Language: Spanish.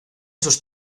sus